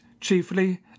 chiefly